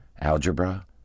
Algebra